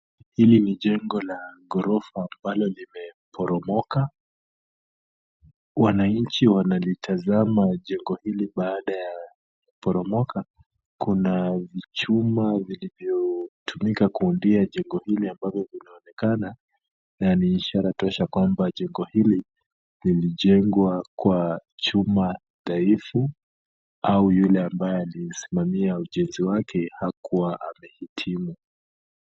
Hili ni jengo la ghorofa ambalo limeporomoka, wananchi wanalitazama jengo hili baada ya kuporomoka, kuna vichuma vilivyotumika kuundia jengo hili ambalo linaonekana, na ni ishara tosha kwamba jengo hili lilijengwa kwa chuma dhaifu au yule ambaye alisimamia ujenzi wake hakuwa amehitimu.